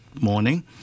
morning